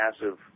massive